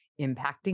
impacting